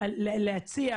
ומצד שני,